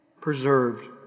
preserved